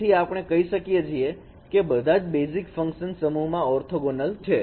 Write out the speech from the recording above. તેથી આપણે કહી શકીએ છીએ કે બધા જ બેઝિક ફંકશન સમૂહમાં ઓર્થોગોનલ છે